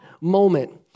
moment